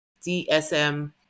DSM